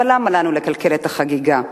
אבל למה לנו לקלקל את החגיגה?